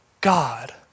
God